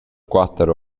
quater